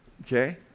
okay